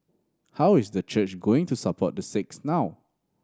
how is the church going to support the six now